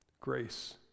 Grace